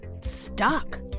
stuck